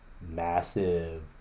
massive